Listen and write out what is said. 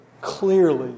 clearly